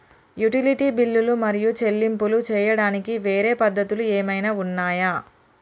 Utility బిల్లులు మరియు చెల్లింపులు చేయడానికి వేరే పద్ధతులు ఏమైనా ఉన్నాయా?